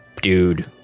dude